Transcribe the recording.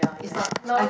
it's like now